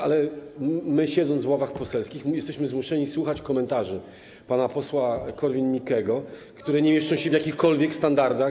Ale my, siedząc w ławach poselskich, jesteśmy zmuszeni słuchać komentarzy pana posła Korwin-Mikkego, które nie mieszczą się w jakichkolwiek standardach.